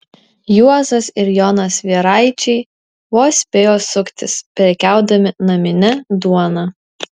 juozas ir jonas vieraičiai vos spėjo suktis prekiaudami namine duona